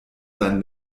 seinen